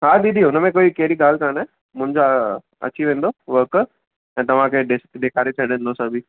हा दीदी हुनमें कोई कहिड़ी ॻाल्हि कोन्हे मुंहिंजा अची वेंदो वर्कर त तव्हांखे ड ॾेखारे छॾंदो सभई